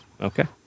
Okay